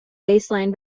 baseline